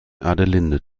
adelinde